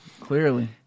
Clearly